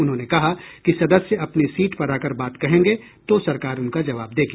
उन्होंने कहा कि सदस्य अपनी सीट पर आकर बात कहेंगे तो सरकार उनका जवाब देगी